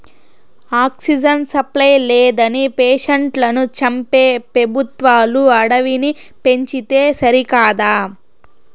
oxygen supply లేదని పేషెంట్లను చంపే పెబుత్వాలు అడవిని పెంచితే సరికదా